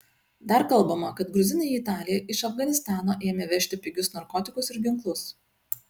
dar kalbama kad gruzinai į italiją iš afganistano ėmė vežti pigius narkotikus ir ginklus